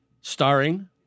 starring